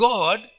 God